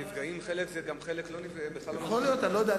הנפגעים, חלק בכלל לא, יכול להיות, אני לא יודע.